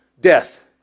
death